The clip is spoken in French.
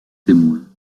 témoin